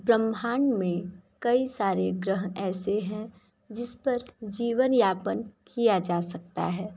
ब्रह्मांड में कई सारे ग्रह ऐसे हैं जिस पर जीवन यापन किया जा सकता है